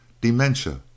Dementia